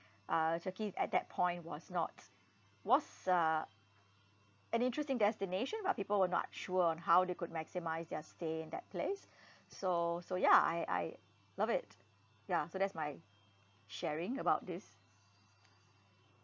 uh turkey at that point was not was uh an interesting destination but people were not sure on how they could maximise their stay in that place so so ya I I love it ya so that's my sharing about this